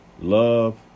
Love